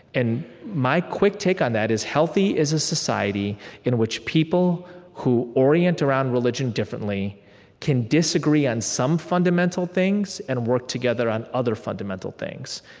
and my quick take on that is healthy is a society in which people who orient around religion differently can disagree on some fundamental things and work together on other fundamental things.